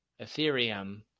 Ethereum